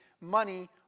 money